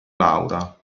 laura